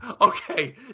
Okay